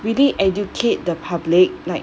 we need educate the public like